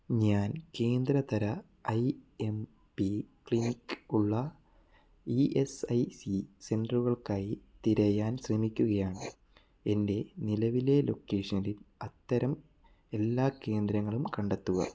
ഞാൻ കേന്ദ്രതര I M P clinic ഉള്ള ഇ എസ് ഐ സി സെൻറ്ററുകൾക്കായി തിരയാൻ ശ്രമിക്കുകയാണ് എന്റെ നിലവിലെ ലൊക്കേഷനിൽ അത്തരം എല്ലാ കേന്ദ്രങ്ങളും കണ്ടെത്തുക